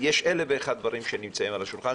יש 1,001 דברים שנמצאים על השולחן,